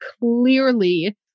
clearly